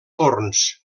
forns